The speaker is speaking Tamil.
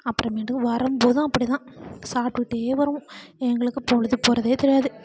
அப்புறமேட்டுக்கு வரும் போதும் அப்படி தான் சாப்பிட்டுட்டே வருவோம் எங்களுக்கு பொழுது போவதே தெரியாது